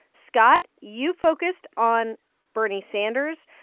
scott, you focused on bernie sanders,